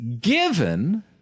given